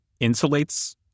insulates